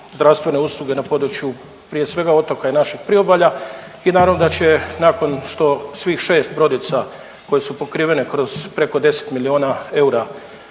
zdravstvene uslugu na području prije svega otoka i našeg priobalja i naravno da će nakon što svih 6 brodica koje su pokrivene kroz preko 10 milijuna eura